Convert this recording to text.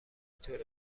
طور